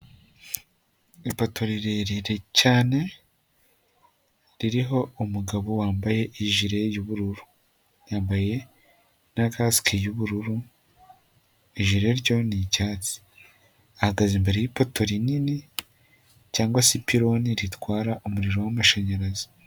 Ipato rirerire cyane ririho umugabo wambaye ijire y'ubururu, yambaye na kasike y'ubururu, ijere ryo ni icyatsi, ahagaze imbere yipoto rinini cyangwa se ipironi ritwara umuriro w'amashanyarazi.